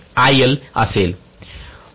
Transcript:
load line ही load line आहे